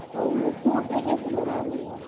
और ये कुटे कैसी लगवानी हैं